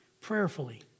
prayerfully